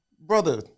Brother